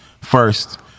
first